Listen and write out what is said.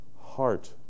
heart